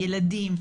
ילדים.